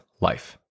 life